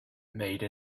made